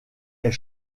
est